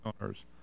owners